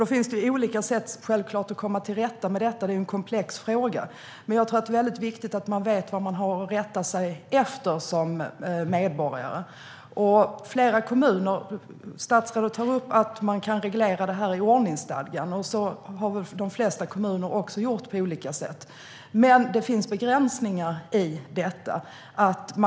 Det finns olika sätt att komma till rätta med detta, för det är en komplex fråga. Men jag tror att det är viktigt att man vet vad man har att rätta sig efter som medborgare. Statsrådet tar upp att man kan reglera detta i ordningsstadgan. Så har de flesta kommuner också gjort på olika sätt. Men det finns begränsningar.